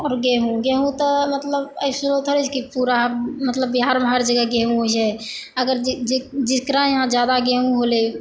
आओर गेहूॅं गेहूॅं तऽ मतलब ऐसहो होइ छै कि पूरा मतलब बिहारमे हर जगह गेहूॅं होइ छै अगर जेकरा यहाँ जादा गेहूॅं होलै